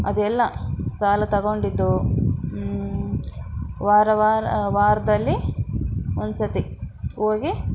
ಅದೆಲ್ಲ ಸಾಲ ತಗೊಂಡಿದ್ದು ವಾರ ವಾರ ವಾರದಲ್ಲಿ ಒಂದು ಸರ್ತಿ ಹೋಗಿ